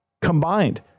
Combined